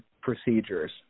procedures